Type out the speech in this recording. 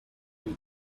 boot